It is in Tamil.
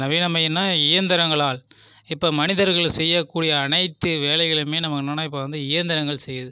நவீன மயம்னால் இயந்திரங்களால் இப்போ மனிதர்கள் செய்யக்கூடிய அனைத்து வேலைகளுமே நம்ம என்னனால் இப்போ வந்து இயந்திரங்கள் செய்யுது